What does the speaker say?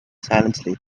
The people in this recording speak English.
silently